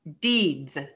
deeds